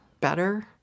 better